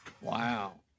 Wow